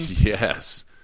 Yes